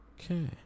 Okay